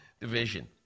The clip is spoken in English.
division